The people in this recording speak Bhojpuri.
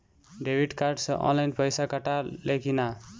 डेबिट कार्ड से ऑनलाइन पैसा कटा ले कि ना?